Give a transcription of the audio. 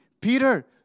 Peter